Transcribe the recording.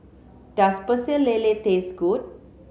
does Pecel Lele taste good